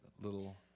little